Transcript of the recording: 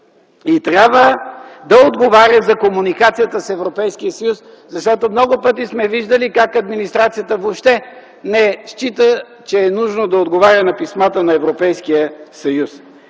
трябва да отговаря за комуникацията с Европейския съюз, защото много пъти сме виждали как администрацията въобще не счита, че е нужно да отговаря на писмата на Европейския съюз.